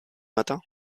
matin